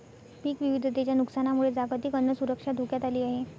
पीक विविधतेच्या नुकसानामुळे जागतिक अन्न सुरक्षा धोक्यात आली आहे